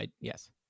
Yes